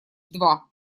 два